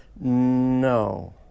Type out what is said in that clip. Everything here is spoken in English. No